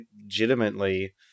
legitimately